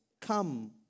come